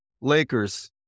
Lakers